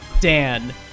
Dan